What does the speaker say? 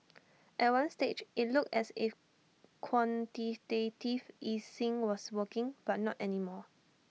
at one stage IT looked as if quantitative easing was working but not any more